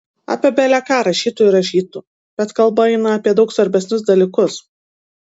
apie bele ką rašytų ir rašytų bet kalba eina apie daug svarbesnius dalykus